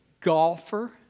golfer